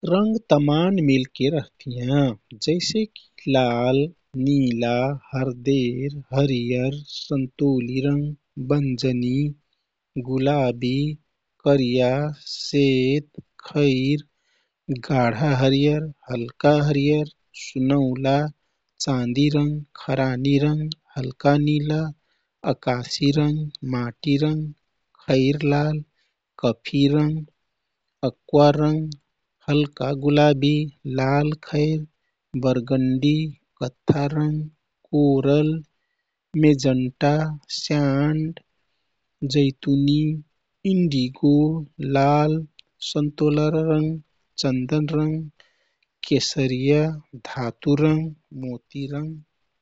रंग रमान मेलके रहतियाँ जैसेकि लाल, निला, हरदेर, हरियर, सन्तोली रंग, बंजनि, गुलाबी, करिया, सेत, खैर, गाढा हरियर, हल्का हरियर, सुनौला, चाँदी रंग, खरानी रंग, हल्का निला, अकासी रंग, भाटी रंग, खैर लाल, कफि रंग, अक्वा रंग, हल्का गुलाबी, लाल खैर, बर्गण्डी, कथ्था रंग, कोरल, मेजन्टा, स्याण्ड, जैतुनी, इन्डिगो लाल, सन्तोला रंग, चन्दन रंग, केसरिया, धातु रंग, मोती रंग।